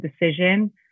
decision